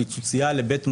פיצוצייה ובית מלון,